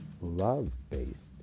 Love-based